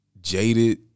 jaded